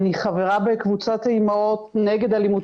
אני חברה בקבוצת האימהות נגד אלימות